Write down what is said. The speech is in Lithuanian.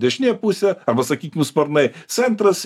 dešinė pusė arba sakykim sparnai centras